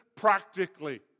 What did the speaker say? practically